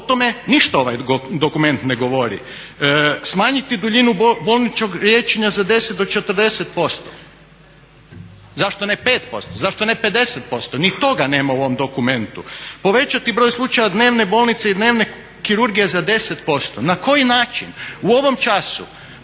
O tome ništa ovaj dokument ne govori. Smanjiti duljinu bolničkog liječenja za 10 do 40%. Zašto ne 5%? Zašto ne 50%? Ni toga nema u ovom dokumentu. Povećati broj slučaja dnevne bolnice i dnevne kirurgije za 10%. Na koji način? U ovom času